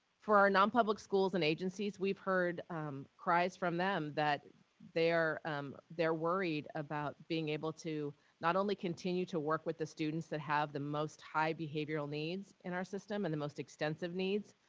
for our non-public schools and agencies, we've heard cries from them that they're um they're worried about being able to not only continue to work with the students that have the most high behavioral needs in our system and the most extensive needs,